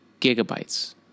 gigabytes